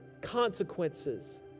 consequences